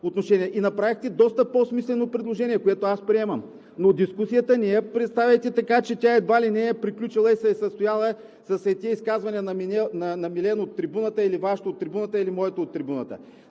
и направихте доста по-смислено предложение, което аз приемам. Но дискусията не я представяйте така, че тя едва ли не е приключила и се е състояла с ей тези изказвания на Милен от трибуната, или Вашето от трибуната, или моето от трибуната.